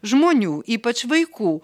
žmonių ypač vaikų